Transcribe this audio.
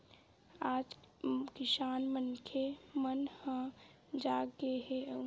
आज किसान मनखे मन ह जाग गे हे अउ फसल के फायदा नुकसान ल समझे ल धर ले हे